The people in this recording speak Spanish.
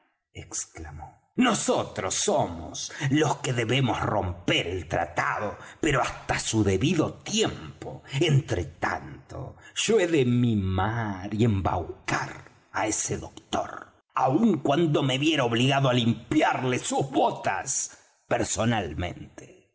exclamó nosotros somos los que debemos romper el tratado pero hasta su debido tiempo entre tanto yo he de mimar y embaucar á ese doctor aun cuando me viera obligado á limpiarle sus botas personalmente